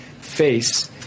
face